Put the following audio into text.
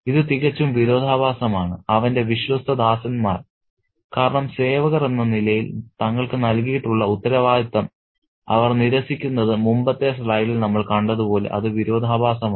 ഇത് തികച്ചും വിരോധാഭാസമാണ് അവന്റെ വിശ്വസ്ത ദാസന്മാർ കാരണം സേവകർ എന്ന നിലയിൽ തങ്ങൾക്ക് നൽകിയിട്ടുള്ള ഉത്തരവാദിത്തം അവർ നിരസിക്കുന്നത് മുമ്പത്തെ സ്ലൈഡിൽ നമ്മൾ കണ്ടതുപോലെ അത് വിരോധാഭാസമാണ്